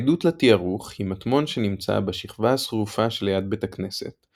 העדות לתיארוך היא מטמון שנמצא בשכבה השרופה שליד בית הכנסת,